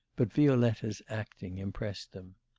but violetta's acting impressed them.